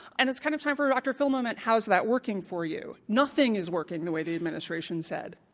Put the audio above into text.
and it's kind of time for a dr. phil moment, how is that working for you? nothing is working the way the administration said.